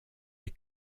les